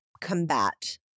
combat